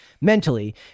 mentally